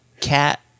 cat